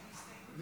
את